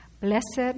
Blessed